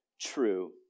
true